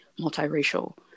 multiracial